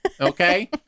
Okay